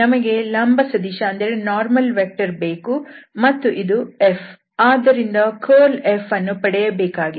ನಮಗೆ ಲಂಬ ಸದಿಶ ಬೇಕು ಮತ್ತು ಇದು F ಆದ್ದರಿಂದ ಕರ್ಲ್ F ಅನ್ನು ಪಡೆಯಬೇಕಾಗಿದೆ